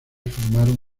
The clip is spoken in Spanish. formaron